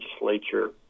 legislature